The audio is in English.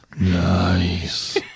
Nice